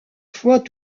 fois